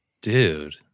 dude